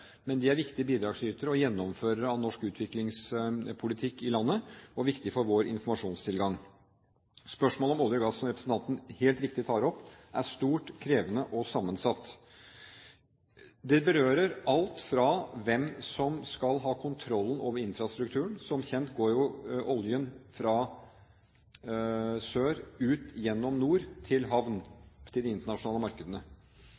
Men de er viktige bidragsytere og gjennomførere av norsk utviklingspolitikk i landet og viktige for vår informasjonstilgang. Spørsmålet om olje og gass, som representanten helt riktig tar opp, er stort, krevende og sammensatt. Det berører alt – bl.a. hvem som skal ha kontrollen over infrastrukturen. Som kjent går oljen fra sør gjennom nord ut til havn og til de internasjonale markedene.